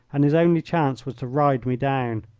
and his only chance was to ride me down.